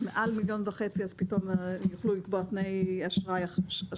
אז מעל מיליון וחצי פתאום הם יוכלו לקבוע תנאי תשלום שונים?